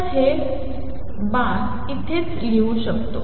तर मी हे बाण इथेही लिहू शकतो